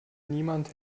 niemand